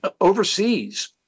overseas